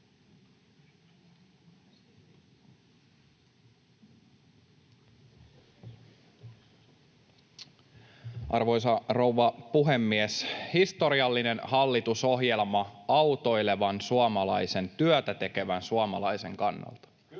Arvoisa rouva puhemies! Historiallinen hallitusohjelma autoilevan suomalaisen ja työtätekevän suomalaisen kannalta